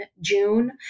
June